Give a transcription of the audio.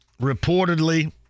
reportedly